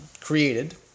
created